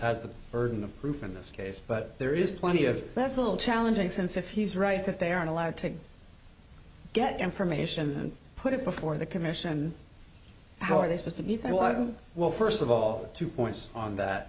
has the burden of proof in this case but there is plenty of that's a little challenging since if he's right that they aren't allowed to get information put it before the commission how are they supposed to be thought well i don't well first of all two points on that